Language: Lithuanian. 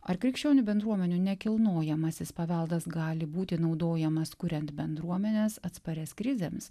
ar krikščionių bendruomenių nekilnojamasis paveldas gali būti naudojamas kuriant bendruomenes atsparias krizėms